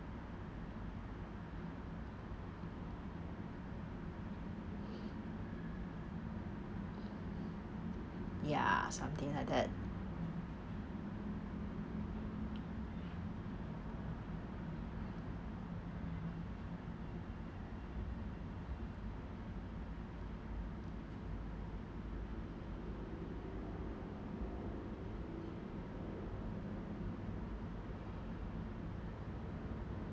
ya something like that